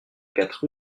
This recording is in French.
quatre